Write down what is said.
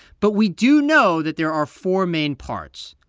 but we do know that there are four main parts.